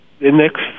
index